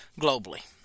globally